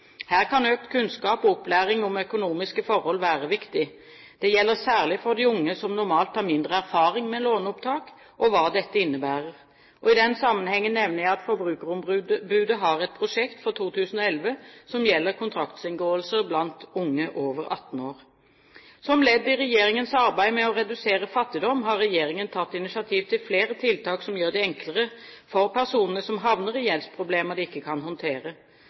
Her kan økt kunnskap og opplæring om økonomiske forhold være viktig. Det gjelder særlig for de unge, som normalt har mindre erfaring med låneopptak og hva dette innebærer. I den sammenhengen nevner jeg at forbrukerombudet har et prosjekt for 2011 som gjelder kontraktsinngåelser blant unge over 18 år. Som ledd i regjeringens arbeid med å redusere fattigdom har regjeringen tatt initiativ til flere tiltak som gjør det enklere for personer som havner i gjeldsproblemer de ikke kan håndtere.